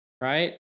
right